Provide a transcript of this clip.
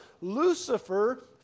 Lucifer